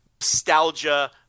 nostalgia